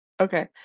Okay